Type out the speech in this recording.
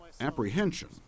apprehension